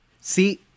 See